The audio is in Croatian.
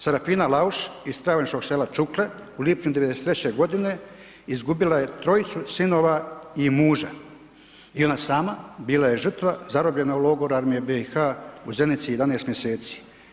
Sarafina Lauš iz travničkog sela Čukle u lipnju 93. godine izgubila je trojicu sinova i muža i ona sama bila je žrtva zarobljena u logoru Armije BiH u Zenici 11 mjeseci.